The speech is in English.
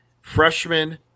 Freshman